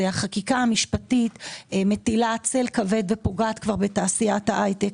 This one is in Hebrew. החקיקה המשפטית מטילה צל כבד ופוגעת בתעשיית ההייטק.